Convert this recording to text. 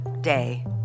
day